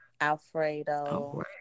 alfredo